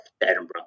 Edinburgh